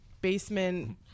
basement